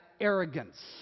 arrogance